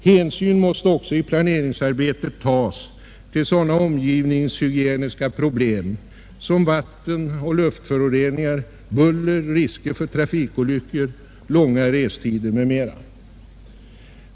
Hänsyn måste också i planeringsarbetet tas till sådana omgivningshygieniska problem som vatten— och luftföroreningar, buller, risker för trafikolyckor, långa restider m.m.